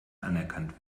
anerkannt